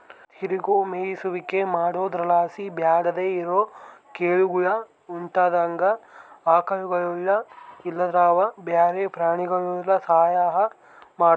ತಿರುಗೋ ಮೇಯಿಸುವಿಕೆ ಮಾಡೊದ್ರುಲಾಸಿ ಬ್ಯಾಡದೇ ಇರೋ ಕಳೆಗುಳು ಹುಟ್ಟುದಂಗ ಆಕಳುಗುಳು ಇಲ್ಲಂದ್ರ ಬ್ಯಾರೆ ಪ್ರಾಣಿಗುಳು ಸಹಾಯ ಮಾಡ್ತವ